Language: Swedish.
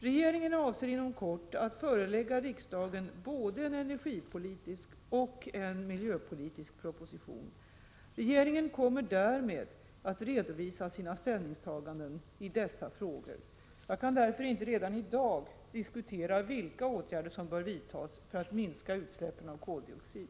Regeringen avser inom kort att förelägga riksdagen både en energipolitisk och en miljöpolitisk proposition. Regeringen kommer därmed att redovisa sina ställningstaganden i dessa frågor. Jag kan därför inte redan i dag diskutera vilka åtgärder som bör vidtas för att minska utsläppen av koldioxid.